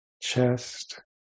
chest